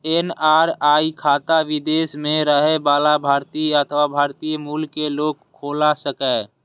NRI खाता विदेश मे रहै बला भारतीय अथवा भारतीय मूल के लोग खोला सकैए